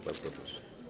Bardzo proszę.